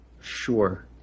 Sure